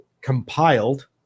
compiled